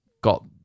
got